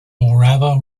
morava